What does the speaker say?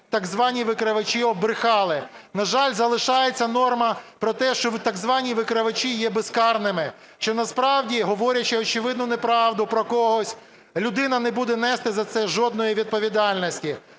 так звані викривачі оббрехали. На жаль, залишається норма про те, що так звані викривачі є безкарними, що насправді, говорячи очевидну неправду про когось, людина не буде нести жодної відповідальності.